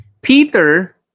Peter